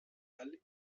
all